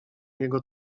jego